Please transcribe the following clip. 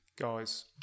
Guys